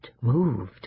moved